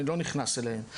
אני לא נכנס אליהן.